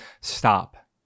stop